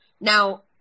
Now